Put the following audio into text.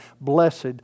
blessed